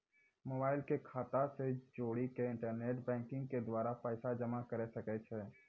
Mobile के खाता से जोड़ी के इंटरनेट बैंकिंग के द्वारा पैसा जमा करे सकय छियै?